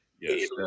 yes